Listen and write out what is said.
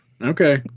okay